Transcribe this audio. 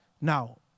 now